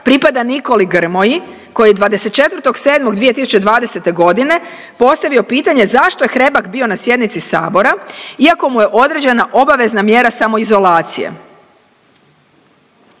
pripada Nikoli Grmoji koji je 24.7.2020. g. postavio pitanje zašto je Hrebak bio na sjednici Sabora iako mu je određena obavezna mjera samoizolacije.